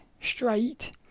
straight